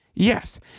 Yes